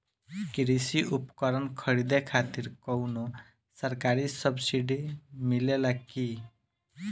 कृषी उपकरण खरीदे खातिर कउनो सरकारी सब्सीडी मिलेला की?